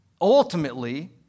Ultimately